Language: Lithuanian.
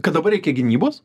kad dabar reikia gynybos